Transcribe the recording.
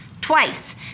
Twice